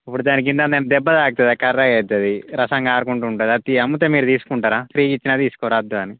ఇప్పుడు దాని కింద మేం దెబ్బ తాకుతుంది అది కర్ర అవుతుంది రసం కారుకుంటూ ఉంటుంది అది అమ్మితే మీరు తీసుకుంటారా ఫ్రీగా ఇచ్చిన తీసుకోరు ఆ దాన్ని